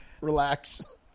relax